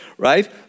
Right